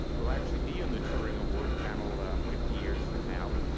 will actually be on the turing award panel fifty years from now,